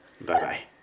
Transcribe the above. Bye-bye